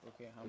okay